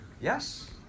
Yes